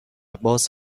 باز